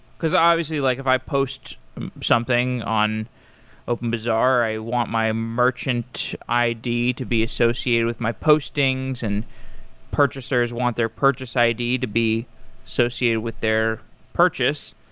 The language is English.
because obviously, like if i post something on openbazaar i want my merchant id to be associated with my postings and purchasers want their purchase id to be associated with their purchase.